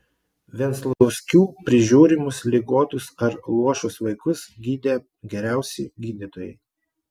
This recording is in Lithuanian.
venclauskių prižiūrimus ligotus ar luošus vaikus gydė geriausi gydytojai